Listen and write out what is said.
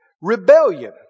rebellion